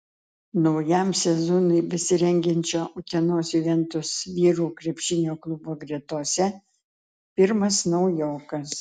naujam sezonui besirengiančio utenos juventus vyrų krepšinio klubo gretose pirmas naujokas